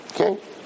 Okay